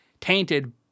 tainted